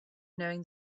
knowing